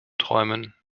träumen